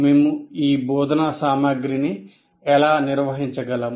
మేము ఈ బోధనా సామగ్రిని ఎలా నిర్వహించగలం